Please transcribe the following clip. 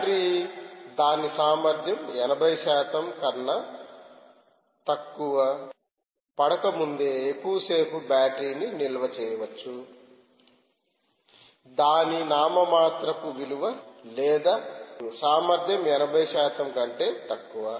battery దాని సామర్థ్యం 80 శాతం కన్నా తక్కువ పడకముందే ఎక్కువసేపు బ్యాటరీని నిల్వ చేయవచ్చు దాని నామమాత్రపు విలువ లేదా సామర్థ్యంలో 80 శాతం కంటే తక్కువ